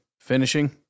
finishing